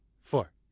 four